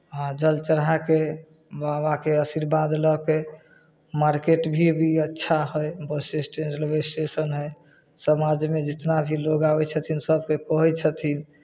वहाँ जल चढ़ा कऽ बाबाके अशीर्वाद लऽ कऽ मार्केट भी अच्छा हइ बस स्टैन्ड लग रेलवे स्टेशन हइ सभ आदमी जितना भी लोग आबै छथिन सभकेँ कहै छथिन